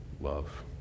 love